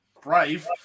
Brave